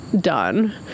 done